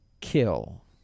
kill